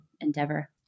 endeavor